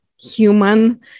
human